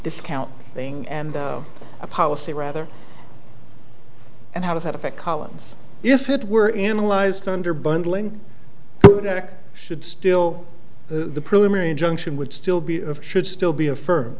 discount thing and a policy rather and how does that affect columns if it were analyzed under bundling should still the preliminary injunction would still be of should still be affirm